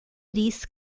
disse